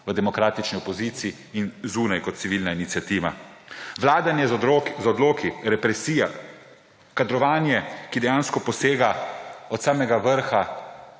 v demokratični opoziciji in zunaj kot civilna iniciativa? Vladanje z odloki, represija, kadrovanje, ki dejansko posega od samega vrha